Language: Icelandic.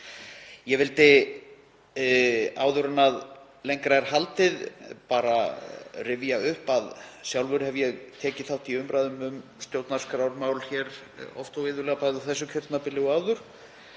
Ég vildi áður en lengra er haldið rifja upp að sjálfur hef ég tekið þátt í umræðum um stjórnarskrármál oft og iðulega, bæði á þessu kjörtímabili og áður,